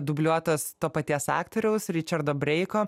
dubliuotas to paties aktoriaus ričardo breiko